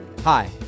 Hi